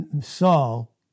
Saul